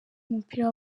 w’umupira